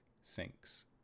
sinks